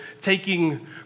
taking